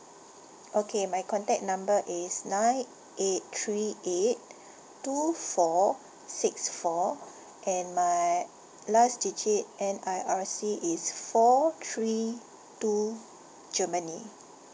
okay my contact number is nine eight three eight two four six four and my last digit N_R_I_C is four three two germany